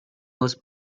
was